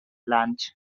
launch